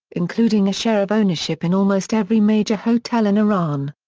including a share of ownership in almost every major hotel in iran.